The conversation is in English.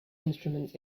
instruments